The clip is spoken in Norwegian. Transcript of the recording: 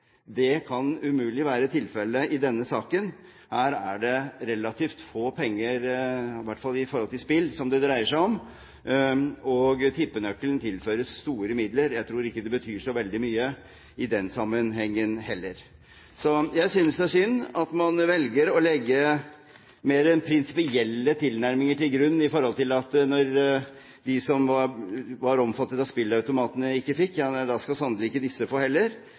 Det kan umulig være tilfellet i denne saken. Her dreier det seg om relativt få penger, i hvert fall i forhold til spill, og tippenøkkelen tilføres store midler. Jeg tror ikke det betyr så veldig mye i den sammenhengen heller. Jeg synes det er synd at man velger å legge mer enn prinsipielle tilnærminger til grunn, at når de som var omfattet av spilleautomatene ikke fikk, nei da skal sannelig ikke disse få heller.